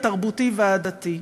התרבותי והעדתי.